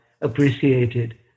appreciated